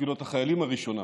קבילות החיילים הראשונה,